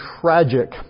tragic